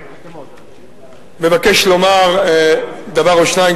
אני מבקש לומר דבר או שניים,